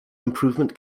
improvement